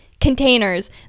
containers